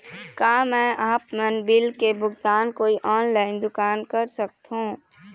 का मैं आपमन बिल के भुगतान कोई ऑनलाइन दुकान कर सकथों?